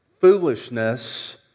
foolishness